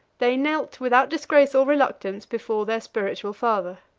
they knelt without disgrace or reluctance before their spiritual father.